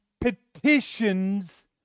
petitions